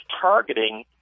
targeting